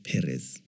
Perez